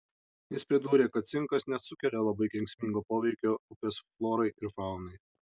jis pridūrė kad cinkas nesukelia labai kenksmingo poveikio upės florai ir faunai